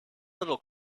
little